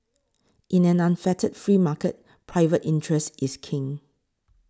in an unfettered free market private interest is king